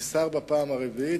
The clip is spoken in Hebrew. אני שר בפעם הרביעית,